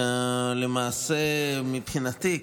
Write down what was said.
מבחינתי,